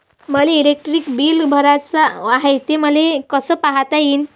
मले electric bill भराचं हाय, ते मले कस पायता येईन?